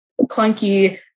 clunky